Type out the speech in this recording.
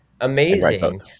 Amazing